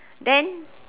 then